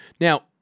Now